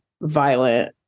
violent